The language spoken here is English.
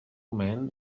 men